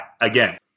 again